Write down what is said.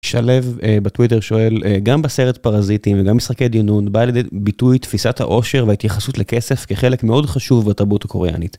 שלו בטוויטר שואל גם בסרט פרזיטים וגם משחקי דיונות בא לביטוי תפיסת העושר וההתייחסות לכסף כחלק מאוד חשוב בתרבות הקוריאנית.